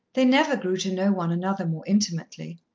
they never grew to know one another more intimately.